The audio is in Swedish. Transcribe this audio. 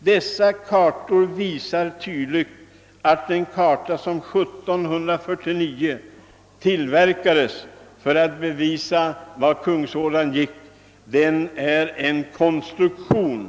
Dessa kartor visar tydligt att den karta som år 1749 upprättades av lantmätaren Lindberg är en beställd konstruktion.